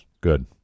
Good